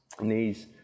Knees